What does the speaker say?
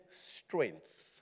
strength